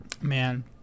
Man